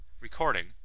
Recording